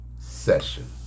session